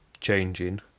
changing